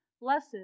blessed